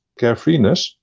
carefreeness